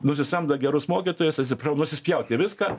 nusisamdo gerus mokytojus atsiprau nusispjaut į viską